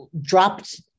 dropped